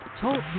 Talk